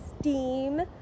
steam